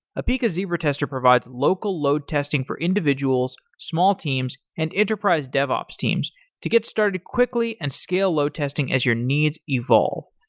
apica zebra tester provides local load testing for individuals, small teams, and enterprise devops teams to get started quickly and scale load testing as your needs evolve.